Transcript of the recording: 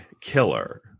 killer